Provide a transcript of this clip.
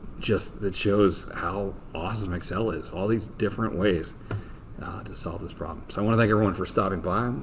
just that shows how awesome excel is. all these different ways to solve this problem. i want to thank everyone for stopping by.